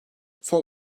son